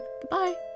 Goodbye